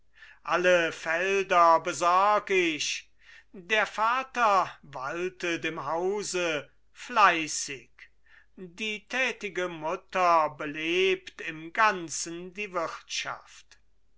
alle felder besorg ich der vater waltet im hause fleißig die tätige mutter belebt im ganzen die wirtschaft